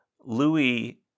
Louis